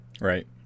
Right